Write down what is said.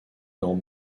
dans